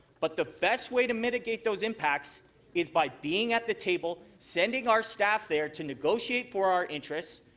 but the best way to mitigate those impacts is by being at the table, sending our staff there to negotiate for our interests,